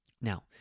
Now